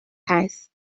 هست